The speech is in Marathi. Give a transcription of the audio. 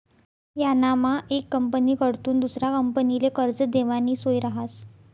यानामा येक कंपनीकडथून दुसरा कंपनीले कर्ज देवानी सोय रहास